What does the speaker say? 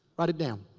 write it down.